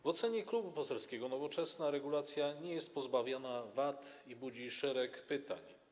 W ocenie Klubu Poselskiego Nowoczesna regulacja nie jest pozbawiona wad i budzi szereg pytań.